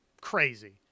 crazy